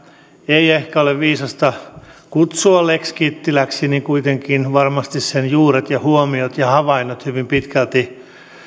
ei ehkä ole viisasta kutsua lex kittiläksi niin kuitenkin varmasti sen juuret ja huomiot ja havainnot hyvin pitkälti